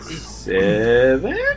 Seven